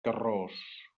carròs